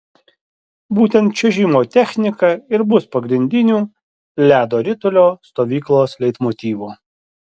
būtent čiuožimo technika ir bus pagrindiniu ledo ritulio stovyklos leitmotyvu